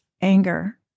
anger